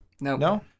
No